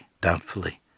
doubtfully